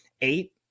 eight